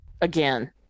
again